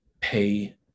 pay